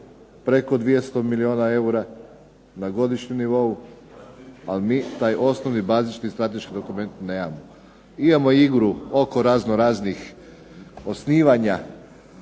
preko 200 milijuna eura na godišnjem nivou, a mi taj osnovni, bazični, strateški dokument nemamo. Imamo igru oko razno raznih osnivanja